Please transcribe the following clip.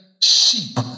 sheep